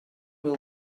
will